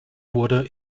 wurde